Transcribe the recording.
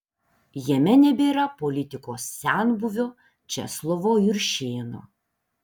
jame nebėra politikos senbuvio česlovo juršėno